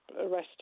arrested